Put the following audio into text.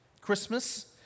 Christmas